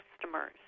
customers